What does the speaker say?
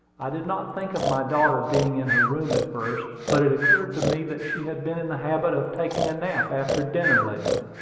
i did not think of my daughter being in her room at first, but it occurred to me that she has been in the habit of taking a nap after dinner lately.